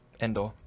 Endor